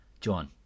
John